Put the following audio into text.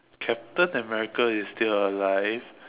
captain America is still alive